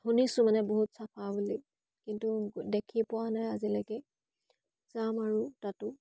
শুনিছোঁ মানে বহুত চাফা বুলি কিন্তু দেখি পোৱা নাই আজিলৈকে যাম আৰু তাতো